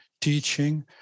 teaching